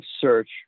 search